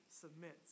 submits